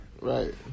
right